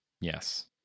Yes